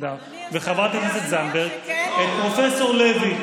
אבידר וחברת הכנסת זנדברג, אני מצטט את פרופ' לוי.